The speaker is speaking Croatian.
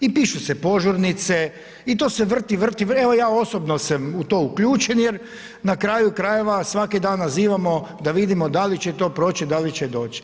I pišu se požurnice, i to se vrti, vrti, vrti, evo ja osobno sam u to uključen jer na kraju krajeva svaki dan nazivamo da vidimo da li će to proći, da li će doći.